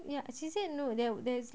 ya she said no there's there's like